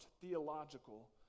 theological